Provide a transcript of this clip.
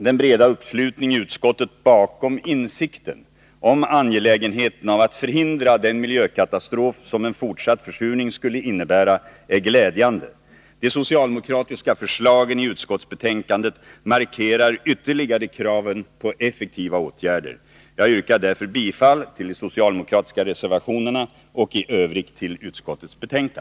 Den breda uppslutningen i utskottet bakom insikten om angelägenheten av att förhindra den miljökatastrof som en fortsatt försurning skulle innebära är glädjande. De socialdemokratiska förslagen i utskottsbetänkandet markerar ytterligare kraven på effektiva åtgärder. Jag yrkar därför bifall till de socialdemokratiska reservationerna och i Övrigt till utskottets hemställan.